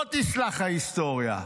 לא תסלח ההיסטוריה.